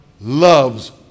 loves